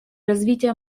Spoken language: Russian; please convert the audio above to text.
развития